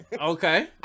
Okay